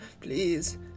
please